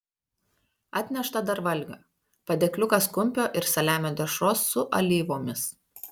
atnešta dar valgio padėkliukas kumpio ir saliamio dešros su alyvomis